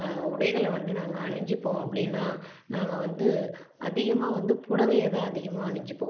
உடைகளை வந்து நாங்கள் அணிஞ்சிப்போம் அப்படினா நாங்கள் வந்து அதிகமாக வந்து புடவையை தான் அதிகமாக அணிஞ்சிப்போம்